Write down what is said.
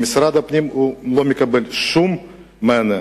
ממשרד הפנים הוא לא מקבל שום מענה.